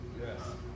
Yes